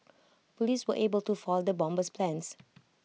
Police were able to foil the bomber's plans